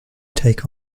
take